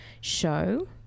show